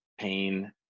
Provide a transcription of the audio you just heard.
pain